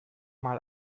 mal